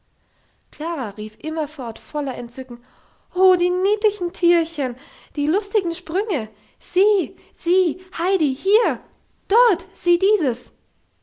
klara rief immerfort voller entzücken oh die niedlichen tierchen die lustigen sprünge sieh sieh heidi hier dort sieh dieses